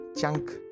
chunk